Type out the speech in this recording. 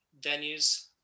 venues